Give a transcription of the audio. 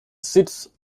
sits